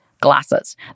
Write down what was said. glasses